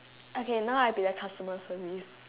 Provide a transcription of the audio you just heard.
okay now I be the customer service